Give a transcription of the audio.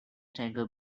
tanker